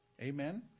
Amen